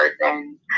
person